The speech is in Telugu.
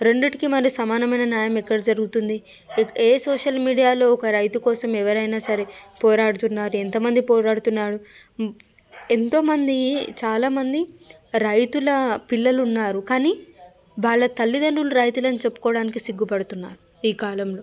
రెండిటికీ మరి సమానమైన న్యాయం ఎక్కడ జరుగుతుంది ఏ ఏ సోషల్ మీడియాలో ఒక రైతుకోసం ఎవరైనా సరే పోరాడుతున్నారు ఎంతమంది పోరాడుతున్నారు ఎంతోమంది చాలామంది రైతుల పిల్లలున్నారు కానీ వాళ్ళ తల్లిదండ్రులు రైతులు అని చెప్పుకోడానికి సిగ్గుపడుతున్నారు ఈ కాలంలో